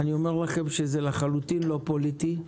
אני אומר לכם שזה לחלוטין לא פוליטי.